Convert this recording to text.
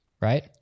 Right